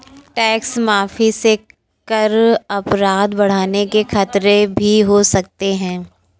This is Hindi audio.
टैक्स माफी से कर अपराध बढ़ने के खतरे भी हो सकते हैं